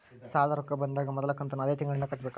ಸಾಲದ ರೊಕ್ಕ ಬಂದಾಗ ಮೊದಲ ಕಂತನ್ನು ಅದೇ ತಿಂಗಳಿಂದ ಕಟ್ಟಬೇಕಾ?